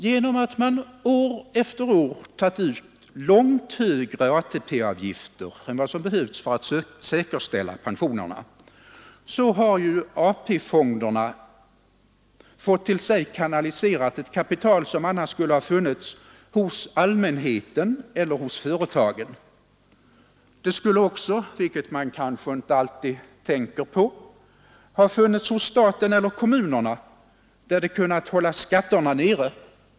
Genom att man år efter år tagit ut långt högre ATP-avgifter än vad som behövts för att säkerställa pensionerna, så har AP-fonderna till sig fått kanaliserat ett kapital som annars skulle ha funnits hos allmänheten eller hos företagen. Det skulle också — vilket man kanske inte alltid tänker på — ha funnits hos staten eller kommunerna, där det kunnat hålla skatterna nere.